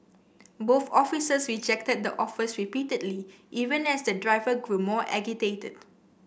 both officers rejected the offers repeatedly even as the driver grew more agitated